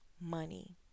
money